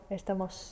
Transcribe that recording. estamos